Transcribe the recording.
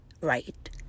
right